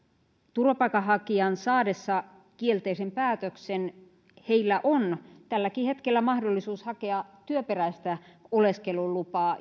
turvapaikanhakijoiden saadessa kielteisen päätöksen heillä on tälläkin hetkellä mahdollisuus hakea työperäistä oleskelulupaa